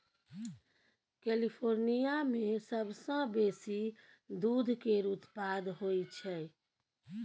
California मे सबसँ बेसी दूध केर उत्पाद होई छै